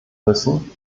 müssen